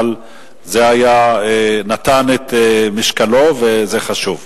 אבל זה נתן את משקלו וזה חשוב.